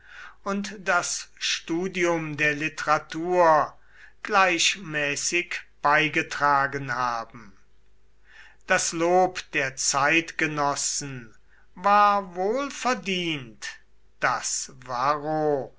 und das studium der literatur gleichmäßig beigetragen haben das lob der zeitgenossen war wohlverdient daß varro